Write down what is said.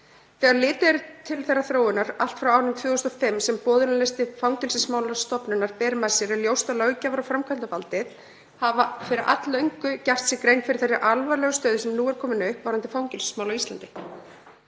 Þegar litið er til þeirrar þróunar sem orðið hefur allt frá árinu 2005 sem boðunarlisti Fangelsismálastofnunar ber með sér er ljóst að löggjafar- og framkvæmdarvaldið hafa fyrir alllöngu gert sér grein fyrir þeirri alvarlegu stöðu sem nú er komin upp varðandi fangelsismál á Íslandi.